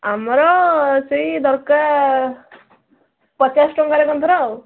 ଆମର ସେଇ ଦରକାର ପଚାଶ ଟଙ୍କାରେ ପନ୍ଦର ଆଉ